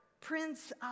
Prince